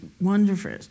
wonderful